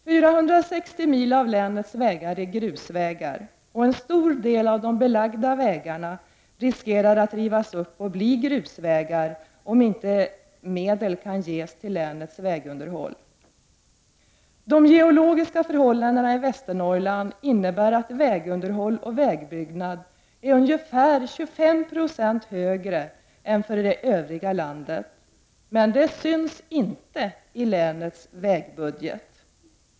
460 mil av länets vägar är grusvägar, och en stor del av de belagda vägarna riskerar att rivas upp och bli grusvägar, om inte mer medel kan ges till länets vägunderhåll. De geologiska förhållandena i Västernorrland är sådana att kostnaderna för vägunderhåll och vägbyggnad är ca 25 96 högre i Västernorrland än i landet i övrigt. Men det syns inte i länets vägbudget.